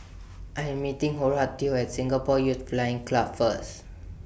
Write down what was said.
I Am meeting Horatio At Singapore Youth Flying Club First